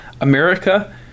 America